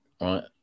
right